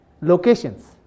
locations